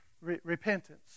repentance